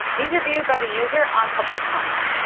these are viewed by the user on publisher content.